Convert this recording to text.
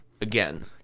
Again